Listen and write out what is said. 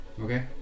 Okay